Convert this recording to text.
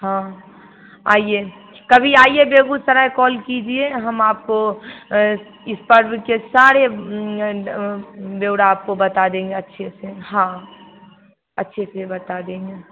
हाँ आइए कभी आइए बेगूसराय कॉल कीजिए हम आपको इस पर्व के सारे ब्यौरा आपको बता देंगे अच्छे से हाँ अच्छे से बता देंगे